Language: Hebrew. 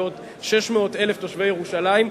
ועוד 600,000 תושבי ירושלים,